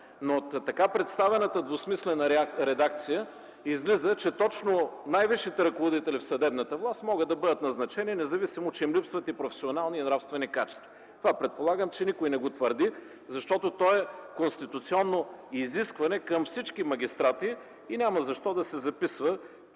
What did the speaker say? Но от така представената двусмислена редакция излиза, че точно най-висшите ръководители в съдебната власт могат да бъдат назначени, независимо че им липсват професионални и нравствени качества. Предполагам, че никой не твърди това, защото то е конституционно изискване към всички магистрати и няма защо да се записва